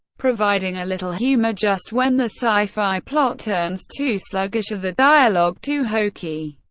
providing a little humor just when the sci-fi plot turns too sluggish or the dialogue too hokey.